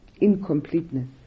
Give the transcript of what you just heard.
incompleteness